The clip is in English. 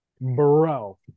Bro